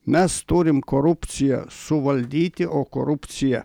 mes turim korupciją suvaldyti o korupcija